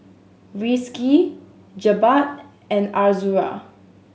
Rizqi Jebat and Azura